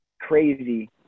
crazy